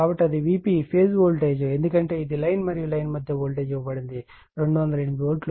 కాబట్టి అది VP phase voltage ఎందుకంటే ఇది లైన్ మరియు లైన్ మధ్య వోల్టేజ్ ఇవ్వబడింది 208 వోల్ట్